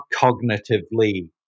cognitively